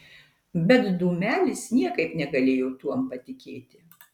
bet dūmelis niekaip negalėjo tuom patikėti